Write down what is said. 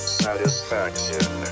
satisfaction